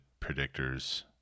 predictors